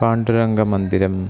पाण्डुरङ्गममन्दिरम्